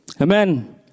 amen